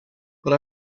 but